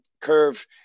curve